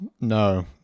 no